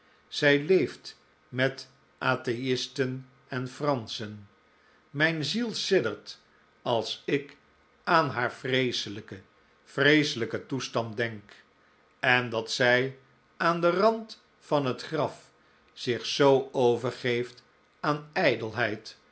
zij leeft met athe'isten en franschen mijn ziel siddert als ik aan haar vreeselijken vreeselijken toestand denk en dat zij aan den rand van het graf zich zoo overgeeft aan